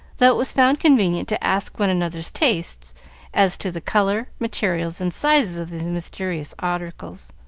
though it was found convenient to ask one another's taste as to the color, materials, and sizes of these mysterious articles.